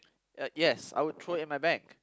uh yes I would throw it in my bag